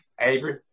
Avery